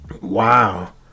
wow